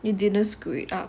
you didn't screw it up